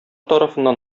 тарафыннан